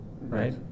right